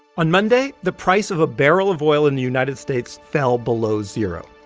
on monday the price of a barrel of oil in the united states fell below zero.